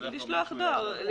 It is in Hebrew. משלוח דואר.